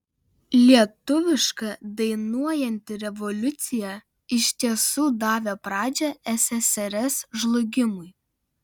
lietuviška dainuojanti revoliucija iš tiesų davė pradžią ssrs žlugimui